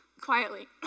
quietly